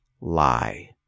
lie